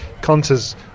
Conta's